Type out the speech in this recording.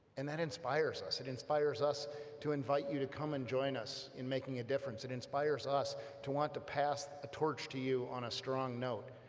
and that inspires us, it inspires us to invite you to come and join us in making a difference it inspires us to want to pass a torch to you on a strong note,